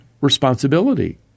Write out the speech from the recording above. responsibility